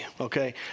okay